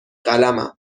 قلمم